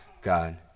God